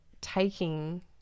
taking